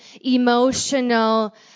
emotional